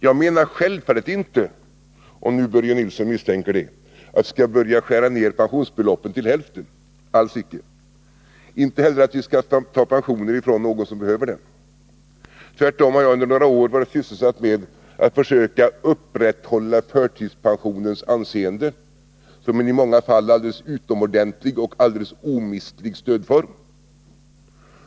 Jag menar självfallet inte — om nu Börje Nilsson misstänker det — att vi skall börja skära ner pensionsbeloppet till hälften, alls icke. Inte heller menar jag att vi skall ta bort pensionen från någon som behöver den. Tvärtom har jag under några år varit sysselsatt med att försöka upprätthålla förtidspensionens anseende som en i många fall alldeles utomordentlig och omistlig stödform.